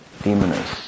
demoness